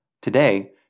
Today